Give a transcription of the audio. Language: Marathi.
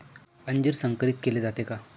अंजीर संकरित केले जाते का?